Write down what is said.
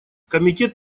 комитет